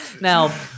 Now